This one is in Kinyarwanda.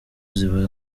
ziba